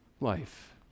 life